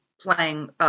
playing